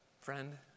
Friend